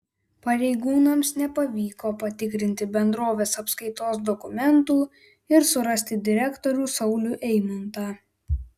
pareigūnams nepavyko patikrinti bendrovės apskaitos dokumentų ir surasti direktorių saulių eimuntą